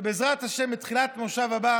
שבעזרת השם בתחילת המושב הבא